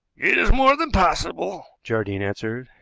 it is more than possible, jardine answered.